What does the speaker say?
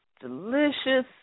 delicious